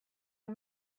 are